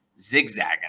zigzagging